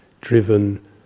driven